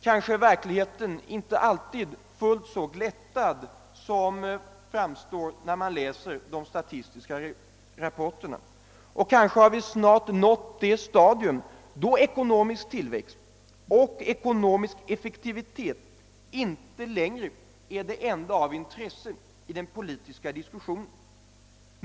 Kanske verkligheten inte alltid är fullt så glättad som den framstår när man läser de statistiska rapporterna. Kanske har vi snart nått det stadium då ekonomisk tillväxt och ekonomisk effektivitet inte längre är det enda av intresse i den politiska diskussionen.